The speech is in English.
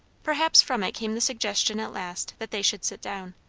perhaps from it came the suggestion at last that they should sit down.